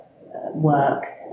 work